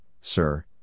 sir